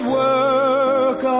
work